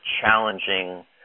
challenging